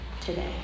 today